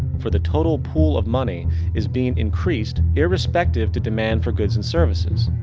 for the total pool of money is being increased irrespective to demand for goods and services.